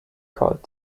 called